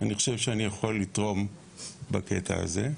אני חושב שאני יכול לתרום בקטע הזה.